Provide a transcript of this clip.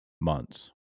months